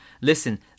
listen